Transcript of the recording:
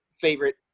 favorite